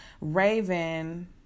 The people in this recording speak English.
Raven